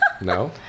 No